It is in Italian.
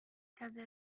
case